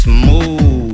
Smooth